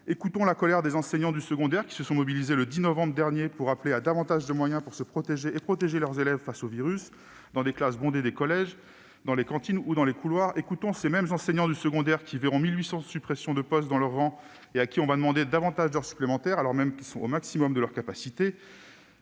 Écoutons la colère des enseignants du secondaire, qui se sont mobilisés le 10 novembre dernier pour appeler à davantage de moyens pour se protéger et protéger leurs élèves du virus dans les classes bondées des collèges, dans les cantines ou dans les couloirs. Écoutons ces mêmes enseignants du secondaire, qui verront 1 800 postes supprimés dans leurs rangs, et à qui on demandera de faire davantage d'heures supplémentaires alors même qu'ils sont au maximum de leurs capacités.